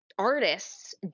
Artists